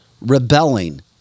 rebelling